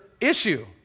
issue